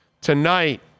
Tonight